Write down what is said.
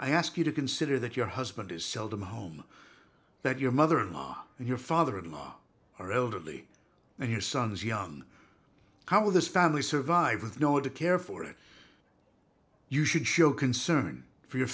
i ask you to consider that your husband is seldom home that your mother and your father in law are elderly and your sons young how will this family survive with no one to care for it you should show concern for your